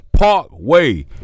Parkway